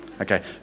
Okay